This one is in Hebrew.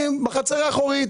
בחצר האחורית.